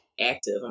active